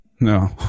No